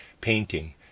painting